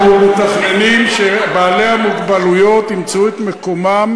אנחנו מתכננים שבעלי המוגבלות ימצאו את מקומם